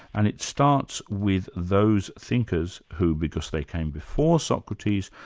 and it starts with those thinkers who, because they came before socrates,